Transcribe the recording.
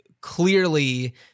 clearly